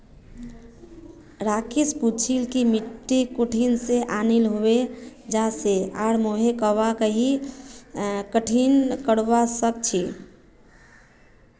राकेश पूछिल् कि मिट्टी कुठिन से आनिल हैये जा से आर मुई वहाक् कँहे ठीक करवा सक छि